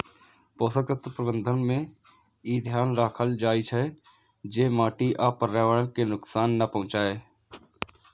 पोषक तत्व प्रबंधन मे ई ध्यान राखल जाइ छै, जे माटि आ पर्यावरण कें नुकसान नै पहुंचै